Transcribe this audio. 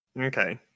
Okay